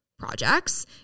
projects